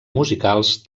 musicals